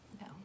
No